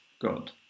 God